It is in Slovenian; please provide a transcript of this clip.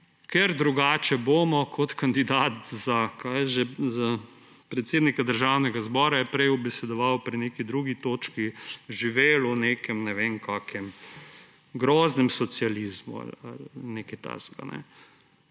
ker drugače bomo, kot kandidat za predsednika Državnega zbora je prej ubesedoval pri neki drugi točki, živeli v nekem groznem socializmu ali nekaj takega.